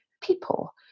people